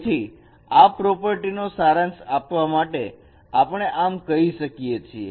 તેથી આ પ્રોપર્ટી નો સારાંશ આપવા માટે આપણે આમ કહી શકીએ છીએ